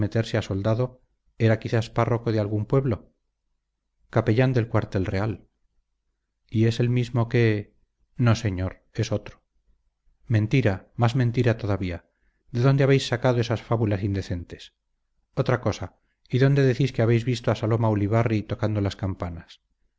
soldado era quizás párroco de algún pueblo capellán del cuartel real y es el mismo que no señor es otro mentira más mentira todavía de dónde habéis sacado esas fábulas indecentes otra cosa y dónde decís que habéis visto a saloma ulibarri tocando las campanas